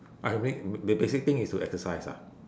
I wa~ b~ b~ basic thing is to exercise ah